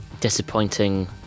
disappointing